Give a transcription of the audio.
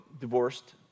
divorced